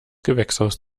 gewächshaus